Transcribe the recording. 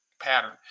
pattern